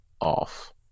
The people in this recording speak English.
off